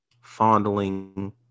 fondling